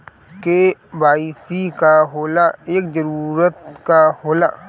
KYC का होला एकर जरूरत का होला?